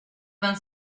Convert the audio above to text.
vingt